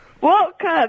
Welcome